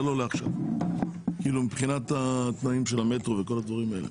לא לעכשיו - מבחינת התנאים של המטרו וכל הדברים האלה.